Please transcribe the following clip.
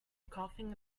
coughing